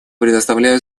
предоставляю